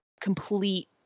complete